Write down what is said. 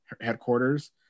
headquarters